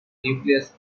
nucleus